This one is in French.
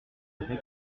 rappel